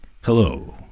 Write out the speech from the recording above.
hello